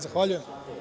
Zahvaljujem.